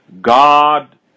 God